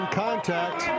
contact